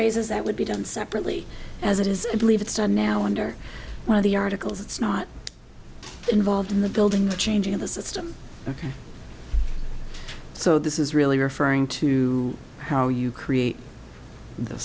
raises that would be done separately as it is i believe it's done now under one of the articles it's not involved in the building the changing of the system ok so this is really referring to how you create th